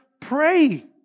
pray